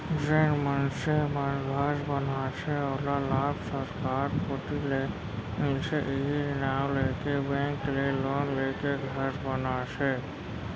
जेन मनसे मन घर बनाथे ओला लाभ सरकार कोती ले मिलथे इहीं नांव लेके बेंक ले लोन लेके घर बनाथे